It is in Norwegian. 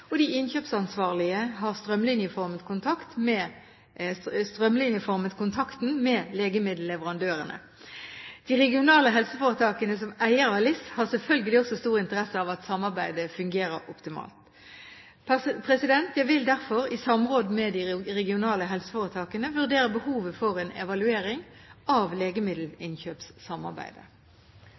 og de innkjøpsansvarlige har strømlinjeformet kontakten med legemiddelleverandørene. De regionale helseforetakene, som eiere av LIS, har selvfølgelig også stor interesse av at samarbeidet skal fungere optimalt. Jeg vil derfor i samråd med de regionale helseforetakene vurdere behovet for en evaluering av legemiddelinnkjøpssamarbeidet.